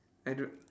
I don't